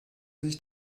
sich